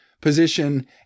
position